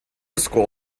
school